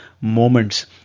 moments